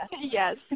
Yes